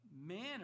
Manner